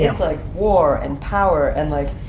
like, war, and power, and, like,